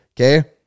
okay